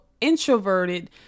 introverted